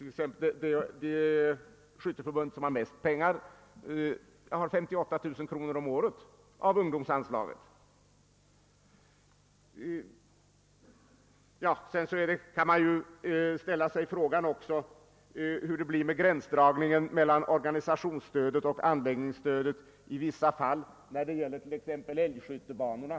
Det skyttieförbund, som får mest pengar, erhåller t.ex. 58 000 kr. om året av ungdomsanslaget. Man kan också ställa sig frågan hur gränsdragningen skall göras mellan organisationsstödet och anläggningsstödet i vissa fall när det gäller t.ex. älgskyttebanorna.